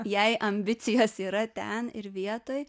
jei ambicijos yra ten ir vietoj